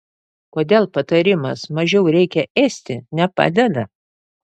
kodėl patarimas mažiau reikia ėsti nepadeda